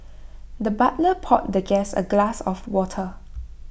the butler poured the guest A glass of water